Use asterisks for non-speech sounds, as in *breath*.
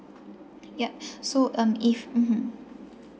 yup *breath* so um if mmhmm